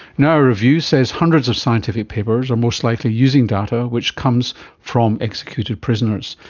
now a review says hundreds of scientific papers are most likely using data which comes from executed prisoners,